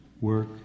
work